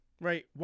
Right